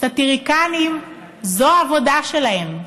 סטיריקנים, זו העבודה שלהם.